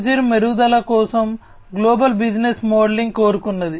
పనితీరు మెరుగుదల కోసం గ్లోబల్ బిజినెస్ మోడలింగ్ కోరుకున్నది